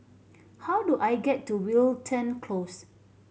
how do I get to Wilton Close